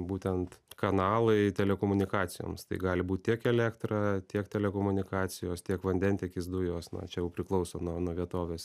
būtent kanalai telekomunikacijoms tai gali būt tiek elektra tiek telekomunikacijos tiek vandentiekis dujos na čia jau priklauso nuo nuo vietovės